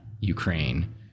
Ukraine